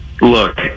look